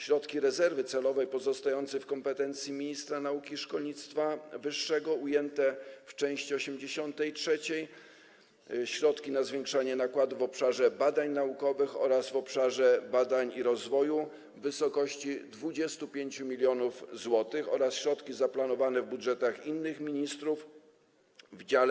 Środki rezerwy celowej pozostającej w kompetencji ministra nauki i szkolnictwa wyższego ujęte w części 83 to środki na zwiększenie nakładów w obszarze badań naukowych oraz w obszarze badań i rozwoju - w wysokości 25 mln zł oraz środki zaplanowane w budżetach innych ministrów w dziale: